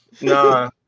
Nah